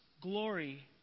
glory